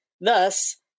Thus